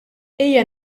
ejja